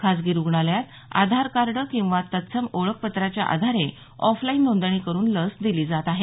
खासगी रुग्णालयात आधार कार्ड किंवा तत्सम ओळखपत्राच्या आधारे ऑफलाईन नोंदणी करुन लस दिली जात आहे